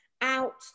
out